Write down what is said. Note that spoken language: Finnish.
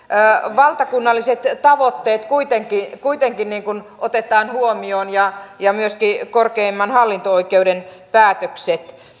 valtakunnalliset tavoitteet kuitenkin kuitenkin otetaan huomioon ja ja myöskin korkeimman hallinto oikeuden päätökset